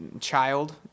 child